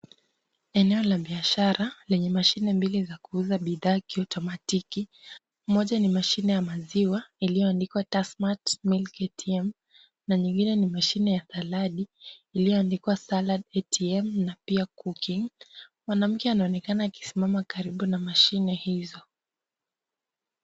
Eneo la biashara lenye mashine mbili za kuuza bidhaa kiotomatiki . Moja ni mashine ya maziwa iliyoandikwa Tasmat Milk ATM na nyingine ni mashine ya saladi iliyoandikwa Salad ATM na pia cooking . Mwanamke anaonekana akisimama karibu na mashine hizo.